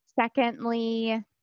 Secondly